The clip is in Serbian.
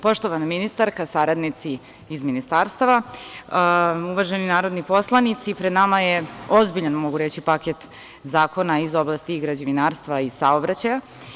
Poštovana ministarka, saradnici iz ministarstava, uvaženi narodni poslanici, pred nama je ozbiljan, mogu reći, paket zakona iz oblati građevinarstva i saobraćaja.